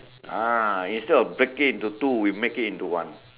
ah instead of break it into two we make it into one